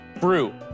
Brew